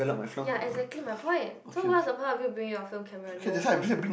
ya exactly my point so what's the point of you bringing your film camera no point